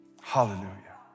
Hallelujah